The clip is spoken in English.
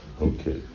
Okay